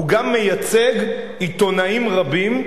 גם מייצג עיתונאים רבים,